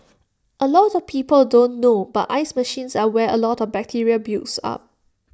A lot of people don't know but ice machines are where A lot of bacteria builds up